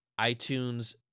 iTunes